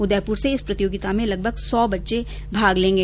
उदयपुर से इस प्रतियोगिता में लगभग सौ बच्चे भाग लेगें